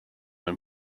and